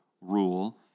rule